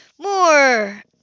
More